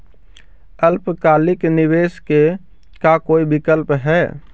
अल्पकालिक निवेश के का कोई विकल्प है?